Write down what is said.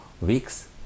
weeks